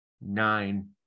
nine